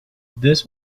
this